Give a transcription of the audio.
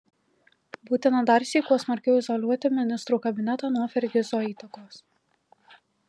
būtina darsyk kuo smarkiau izoliuoti ministrų kabinetą nuo fergizo įtakos